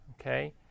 Okay